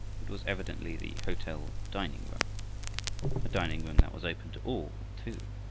it was evidently the hotel dining-room a diningroom that was open to all too,